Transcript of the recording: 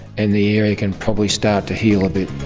and the area can probably start to heal a bit.